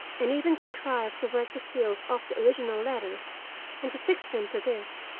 and even contrived to work the seals off the original letter and to fix them to this,